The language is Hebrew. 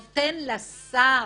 מינוי של ממשלה,